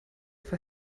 for